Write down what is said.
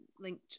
linked